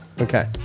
Okay